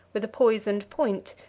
with a poisoned point,